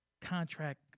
contract